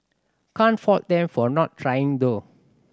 can't fault them for not trying though